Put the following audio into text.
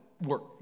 work